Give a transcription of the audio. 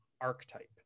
archetype